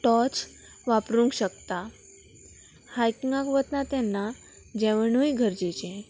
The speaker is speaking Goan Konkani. टॉर्च वापरूंक शकता हायकिंगाक वता तेन्ना जेवणूय गरजेचें